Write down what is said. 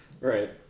Right